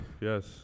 Yes